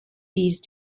these